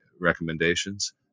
recommendations